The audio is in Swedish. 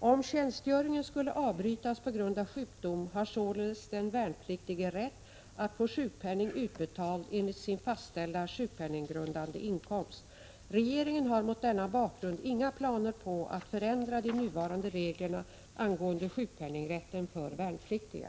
Om tjänstgöringen skulle avbrytas på grund av sjukdom har således den värnpliktige rätt att få sjukpenning utbetald enligt sin fastställda sjukpenninggrundande inkomst. Regeringen har mot denna bakgrund inga planer på att förändra de nuvarande reglerna angående sjukpenningrätten för värnpliktiga.